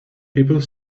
people